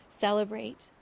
celebrate